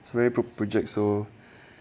it's very pro project so